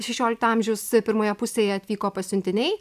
šešiolikto amžiaus pirmoje pusėje atvyko pasiuntiniai